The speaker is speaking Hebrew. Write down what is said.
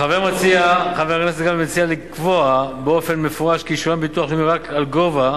חבר הכנסת גפני מציע לקבוע באופן מפורש כי ישולם ביטוח לאומי רק על גובה